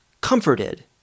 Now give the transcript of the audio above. comforted